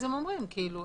כפי